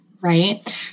right